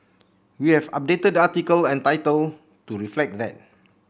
we have updated the article and title to reflect that